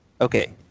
Okay